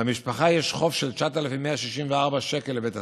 למשפחה יש חוב של 9,164 שקל לבית הספר,